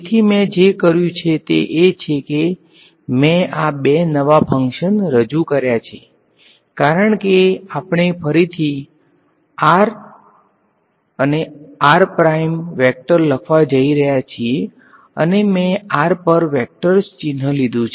તેથી મેં જે કર્યું છે તે એ છે કે મેં આ બે નવા ફંક્શન્સ રજૂ કર્યા છે કારણ કે આપણે ફરીથી આને લખવા જઈ રહ્યા છીએ અને મેં r પર વેક્ટર્સ ચિહ્ન લિધુ છે